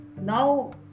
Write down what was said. now